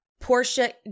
Portia